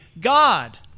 God